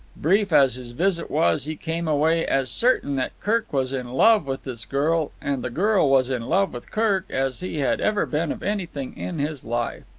brief as his visit was, he came away as certain that kirk was in love with this girl, and the girl was in love with kirk, as he had ever been of anything in his life.